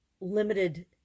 limited